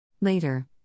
Later